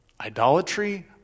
idolatry